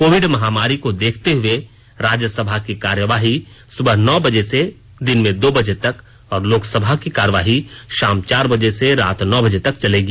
Covid महामारी को देखते हुए राज्यसभा की कार्यवाही सुबह नौ बजे से दिन में दो बजे तक और लोकसभा की कार्यवाही शाम चार बजे से रात नौ बर्जे तक चलेगी